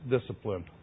discipline